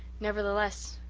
nevertheless,